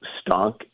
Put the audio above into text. stunk